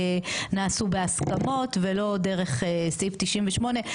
נעשו בהסכמות ולא דרך סעיף 98,